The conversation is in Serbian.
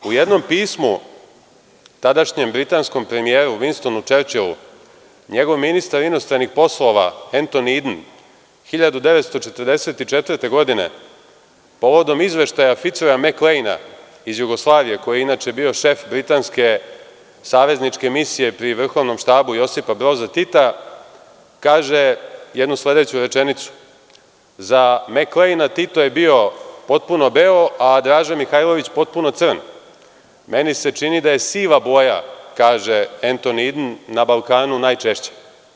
U jednom pismu tadašnjem britanskom premijeru Vinstonu Čerčilu, njegov ministar inostranih poslovi Entoni Idn 1944. godine, povodom izveštaja Ficroja Meklejna iz Jugoslavije, koji je inače bio šef britanske savezničke misije pri Vrhovnom štabu Josipa Broza Tita, kaže jednu sledeću rečenicu – za Meklejna Tito je bio potpuno beo, a Draža Mihajlović potpuno crn, meni se čini da je siva boja, kaže Entoni Idn, na Balkanu najčešća.